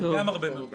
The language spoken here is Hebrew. זה גם הרבה מאוד כסף.